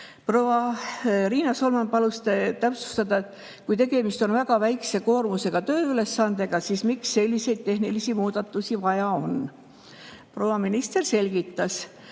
Riina Solman palus täpsustada, et kui tegemist on väga väikese koormusega tööülesandega, siis miks selliseid tehnilisi muudatusi vaja on. Proua minister selgitas,